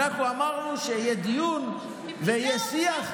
אמרנו שיהיה דיון ויהיה שיח.